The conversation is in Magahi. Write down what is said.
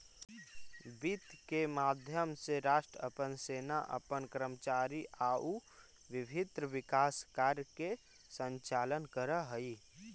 वित्त के माध्यम से राष्ट्र अपन सेना अपन कर्मचारी आउ विभिन्न विकास कार्य के संचालन करऽ हइ